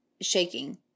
shaking